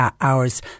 hours